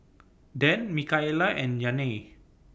Dan Mikaila and Janae